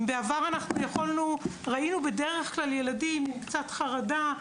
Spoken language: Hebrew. אם בעבר ראינו בדרך כלל ילדים עם קצת חרדה,